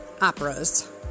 operas